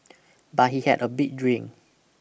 but he had a big dream